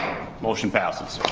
motion passes.